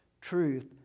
truth